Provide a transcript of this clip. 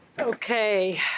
Okay